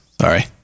Sorry